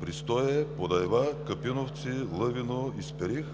Пристое – Подайва – Къпиновци – Лъвино – Исперих